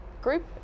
group